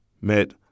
met